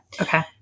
Okay